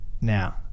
Now